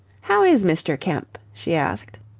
how is mr. kemp? she asked.